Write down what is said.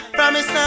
promise